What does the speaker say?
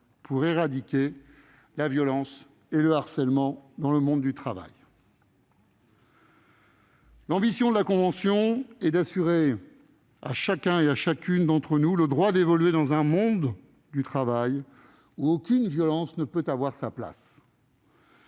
pour éradiquer la violence et le harcèlement dans le monde du travail. L'ambition de la convention est d'assurer à chacun et à chacune d'entre nous le droit d'évoluer dans un monde du travail où aucune violence ne peut avoir sa place.